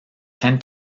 ten